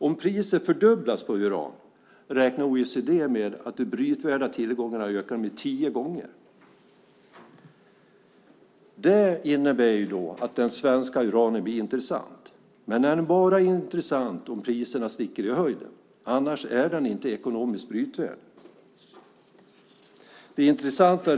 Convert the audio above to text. Om priset på uran fördubblas räknar OECD med att de brytvärda tillgångarna ökar tiofalt. Det innebär att det svenska uranet blir intressant. Men det är bara intressant om priserna sticker i höjden, annars är det inte ekonomiskt brytvärt.